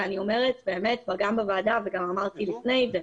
ואני אומרת גם בוועדה וגם אמרתי לפני כן,